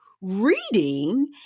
reading